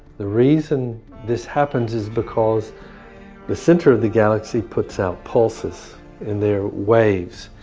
the reason this happens is because the center of the galaxy puts out pulses and their waves.